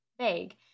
vague